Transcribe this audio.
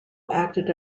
acted